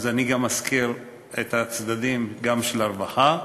אז אני אזכיר גם את הצדדים של הרווחה.